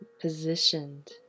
positioned